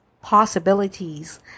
possibilities